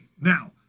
Now